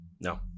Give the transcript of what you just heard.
No